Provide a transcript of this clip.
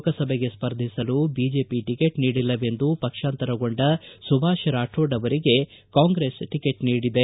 ಲೋಕಸಭೆಗೆ ಸ್ಪರ್ಧಿಸಲು BJP ticket ನೀಡಿಲ್ಲವೆಂದು ಪಕ್ಷಾಂತರಗೊಂಡ ಸುಭಾಷ್ ರಾರೋಡ್ ಅವರಿಗೆ ಕಾಂಗ್ರೆಸ್ ಟಿಕೆಟ್ ನೀಡಿದೆ